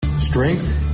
Strength